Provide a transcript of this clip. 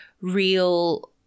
real